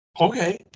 Okay